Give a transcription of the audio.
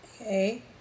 Okay